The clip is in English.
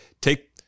Take